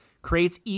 creates